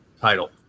title